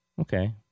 Okay